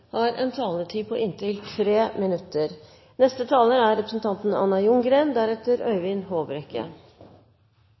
har en taletid på inntil 3 minutter. Det er